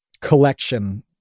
collection